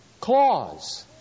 Clause